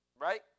right